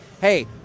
hey